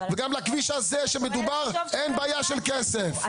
אין בעיה של כסף,